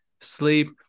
sleep